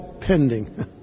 pending